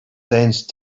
sense